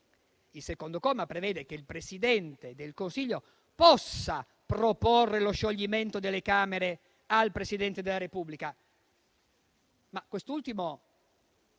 Il secondo comma prevede, infatti, che il Presidente del Consiglio possa proporre lo scioglimento delle Camere al Presidente della Repubblica,